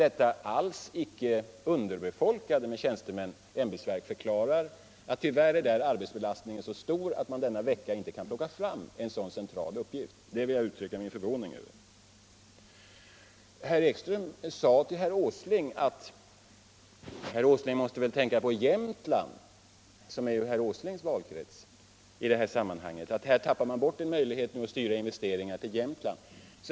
Detta med tjänstemän alls icke underbefolkade ämbetsverk förklarade emellertid att arbetsbelastningen där tyvärr är så stor att man denna vecka inte kan plocka fram en så central uppgift. Det vill jag uttrycka min förvåning över. Herr Ekström sade till herr Åsling att han väl borde tänka på Jämtland — som är herr Åslings valkrets — i det här sammanhanget, eftersom man ju nu tappar bort en möjlighet att styra investeringar till Jämtland.